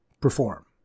perform